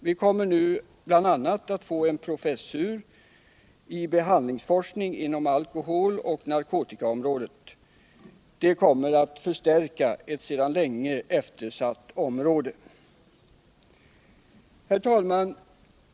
Vi kommer nu bl.a. att få en professur i behandlingsforskning inom alkoholoch narkotikaområdet. Det kommer att förstärka ett sedan länge eftersatt område. Herr talman!